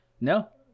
no